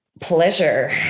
pleasure